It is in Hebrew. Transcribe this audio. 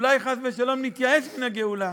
אולי חס ושלום נתייאש מן הגאולה?